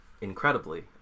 incredibly